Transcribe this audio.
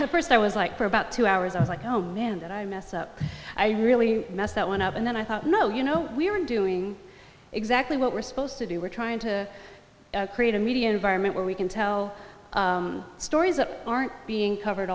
the first i was like for about two hours i was like oh man that i mess up i really messed that one up and then i thought no you know we're doing exactly what we're supposed to do we're trying to create a media environment where we can tell stories that aren't being covered